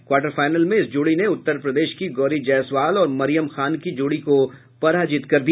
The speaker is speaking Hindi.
क्वार्टर फाइनल में इस जोड़ी ने उत्तर प्रदेश की गौरी जयसवाल और मरियम खान की जोड़ी को पराजित किया